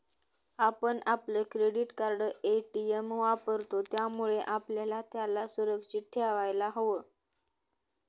आपण आपलं credit card, ATM वापरतो, त्यामुळे आपल्याला त्याला सुरक्षित ठेवायला हव